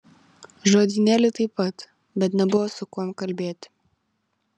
žodynėlį taip pat bet nebuvo su kuom kalbėti